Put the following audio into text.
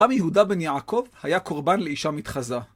עמי יהודה בן יעקב היה קורבן לאישה מתחזה.